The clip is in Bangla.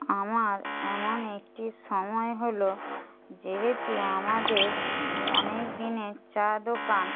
আমার এমন একটি সময় হলো যেহেতু আমাদের অনেক দিনের চা দোকান